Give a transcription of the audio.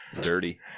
Dirty